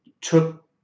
took